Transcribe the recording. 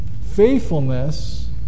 Faithfulness